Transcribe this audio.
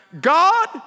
God